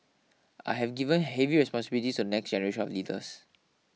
I have given heavy responsibilities to the next generation of leaders